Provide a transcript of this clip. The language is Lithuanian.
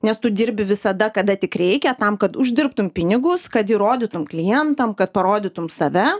nes tu dirbi visada kada tik reikia tam kad uždirbtum pinigus kad įrodytum klientam kad parodytum save